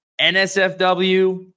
NSFW